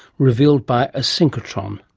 revealed by a synchrotron.